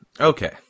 Okay